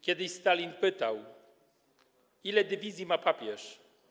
Kiedyś Stalin pytał, ile dywizji ma papież.